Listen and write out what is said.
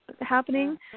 happening